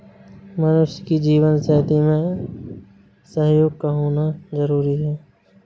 मनुष्य की जीवन शैली में सहयोग का होना जरुरी है